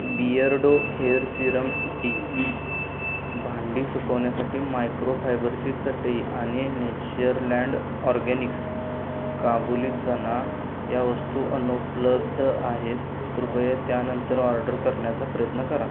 Beardo hair serum D P भांडी सुकवण्यासाठी मायक्रोफायबरची चटई आणि नेचरलँड ऑर्गॅनिक्स काबुली चणा या वस्तू अनुपलब्ध आहेत कृपया त्यानंतर ऑर्डर करण्याचा प्रयत्न करा